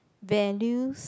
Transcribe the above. values